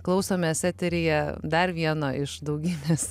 klausomės eteryje dar vieno iš daugybės